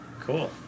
Cool